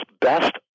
best